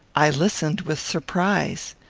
i listened with surprise.